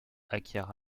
acquiert